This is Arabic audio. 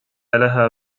لها